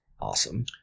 awesome